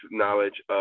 knowledge